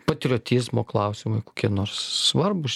patriotizmo klausimai kokie nors svarbūs